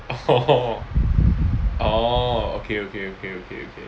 orh okay okay okay okay okay